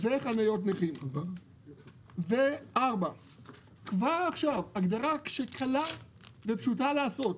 5. כבר עכשיו צריכה להיות הגדרה קלה ופשוטה לעשייה,